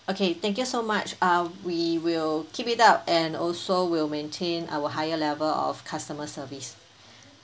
okay thank you so much err we will keep it up and also will maintain our higher level of customer service